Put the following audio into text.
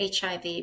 HIV